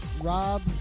Rob